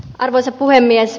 arvoisa puhemies